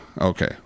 Okay